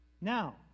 Now